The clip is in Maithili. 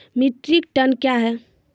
मीट्रिक टन कया हैं?